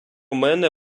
мене